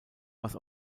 was